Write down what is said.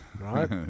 right